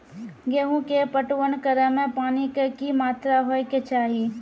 गेहूँ के पटवन करै मे पानी के कि मात्रा होय केचाही?